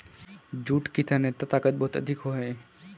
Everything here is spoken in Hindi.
जूट की तन्यता ताकत बहुत अधिक है